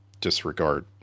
disregard